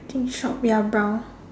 pink shop ya brown